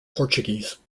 portuguese